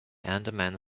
andaman